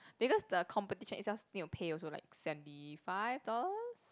because the competition is just need to pay also like seventy five dollars